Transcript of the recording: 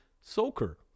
soaker